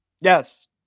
Yes